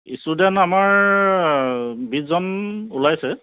student আমাৰ বিশজন ওলাইছে